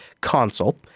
Console